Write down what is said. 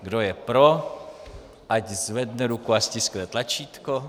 Kdo je pro, ať zvedne ruku a stiskne tlačítko.